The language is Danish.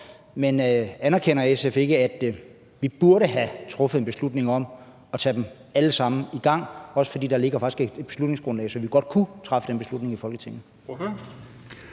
Men anerkender SF ikke, at vi burde have truffet en beslutning om at gå i gang med dem alle sammen, også fordi der faktisk ligger et beslutningsgrundlag, så vi godt kunne træffe den beslutning i Folketinget?